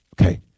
Okay